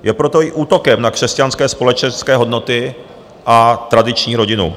Je proto i útokem na křesťanské společenské hodnoty a tradiční rodinu.